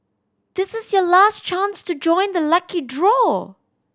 this is your last chance to join the lucky draw